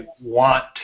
want